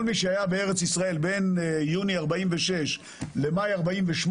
כל מי שהיה בארץ ישראל בין יוני 1946 למאי 1948,